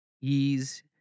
Ease